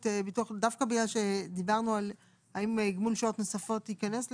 דווקא בגלל שדיברנו האם גמול שעות נוספות ייכנס לפה,